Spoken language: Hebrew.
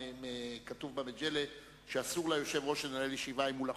כתוב במג'לה שאסור ליושב-ראש לנהל ישיבה אם הוא לחוץ,